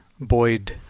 Boyd